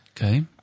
Okay